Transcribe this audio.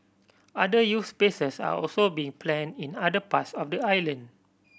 other youth spaces are also being plan in other parts of the island